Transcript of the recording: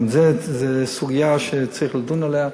גם זו סוגיה שצריך לדון בה.